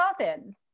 often